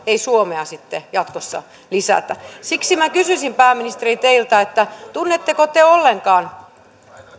ei suomea sitten jatkossa lisätä siksi minä kysyisin pääministeri teiltä tunnetteko te ollenkaan